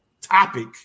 topic